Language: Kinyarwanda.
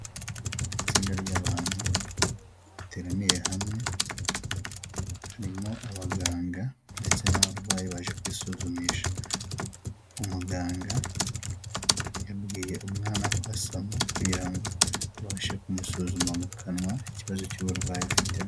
Itsinda ry'abantu bateraniye hamwe harimo abaganga ndetse n'abarwayi baje kwisuzumisha, umuganga yabwiye umwana kwasama kugira ngo abashe kumusuzuma mu kanwa ikibazo cy'uburwayi afitemo.